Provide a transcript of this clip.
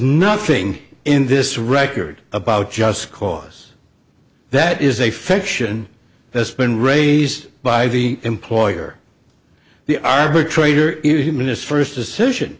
nothing in this record about just cause that is a fiction that's been raised by the employer the arbitrator is humanist first